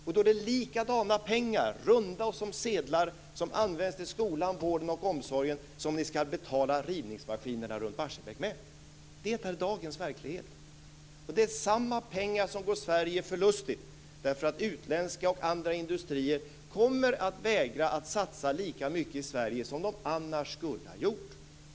Då är det likadana pengar, runda och som sedlar, som används till skolan, vården och omsorgen som ni skall betala rivningsmaskinerna runt Barsebäck med. Det är dagens verklighet. Det är samma pengar som går Sverige förlustigt därför att utländska och andra industrier kommer att vägra att satsa lika mycket i Sverige som de annars skulle ha gjort.